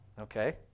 Okay